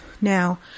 Now